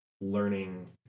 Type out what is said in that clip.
learning